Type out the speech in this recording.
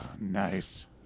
Nice